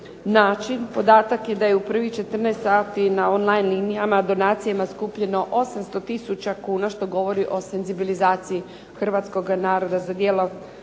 naći. Podatak je da je u prvih 14 sati na online linijama donacijama skupljeno 800 tisuća kuna, što govori o senzibilizaciji hrvatskoga naroda za djelovanje